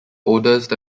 oldest